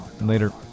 Later